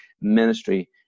ministry